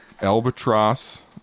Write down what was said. Albatross